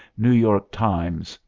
new york times,